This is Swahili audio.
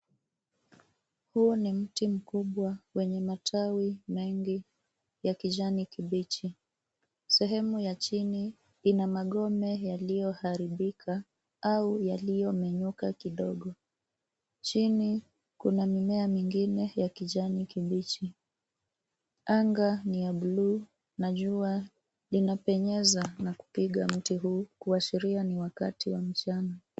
Huu ni mti mkubwa wenye matawi mengi ya kijani kibichi. Sehemu ya chini ina magome yaliyoharibika au maliyomenyuka kidogo. Chini kuna mimea mingine ya kijani kibichi. Anga ni ya buluu na jua linapenyeza na kupiga mti huu kuashiria ni wakati wa mchana.